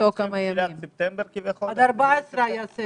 ב-18 בספטמבר עד 14 באוקטובר.